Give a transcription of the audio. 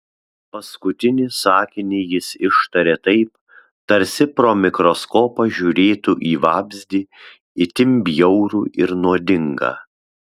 paskutinį sakinį jis ištarė taip tarsi pro mikroskopą žiūrėtų į vabzdį itin bjaurų ir nuodingą